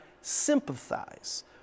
sympathize